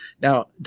Now